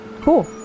Cool